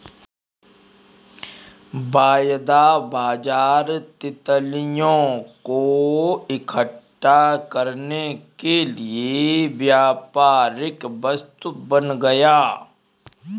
वायदा बाजार तितलियों को इकट्ठा करने के लिए व्यापारिक वस्तु बन गया